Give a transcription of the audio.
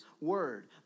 word